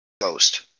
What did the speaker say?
ghost